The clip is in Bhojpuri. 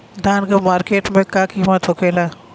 धान क मार्केट में का कीमत होखेला?